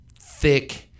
thick